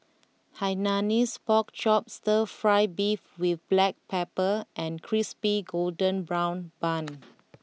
Hainanese Pork Chop Stir Fry Beef with Black Pepper and Crispy Golden Brown Bun